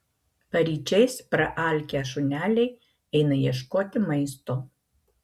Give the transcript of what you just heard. paryčiais praalkę šuneliai eina ieškoti maisto